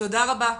תודה רבה.